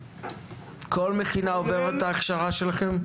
כל מכינה עוברת את ההכשרה שלכם?